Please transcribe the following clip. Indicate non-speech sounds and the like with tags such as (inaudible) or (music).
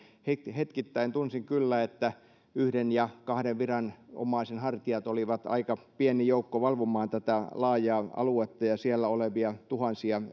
hetkittäin tunsin kyllä että yhden ja kahden viranomaisen hartiat olivat aika pieni joukko valvomaan tätä laajaa aluetta ja siellä olevia tuhansia (unintelligible)